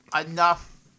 enough